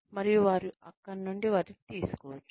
మరియు వారు అక్కడ నుండి వాటిని తీసుకోవచ్చు